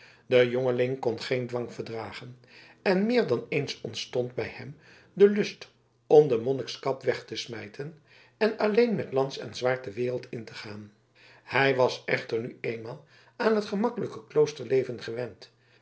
de jongeling kon geen dwang verdragen en meer dan eens ontstond bij hem de lust om den monnikskap weg te smijten en alleen met lans en zwaard de wereld in te gaan hij was echter nu eenmaal aan het gemakkelijke kloosterleven gewend